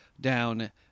down